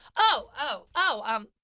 oh, oh, oh, um,